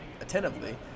attentively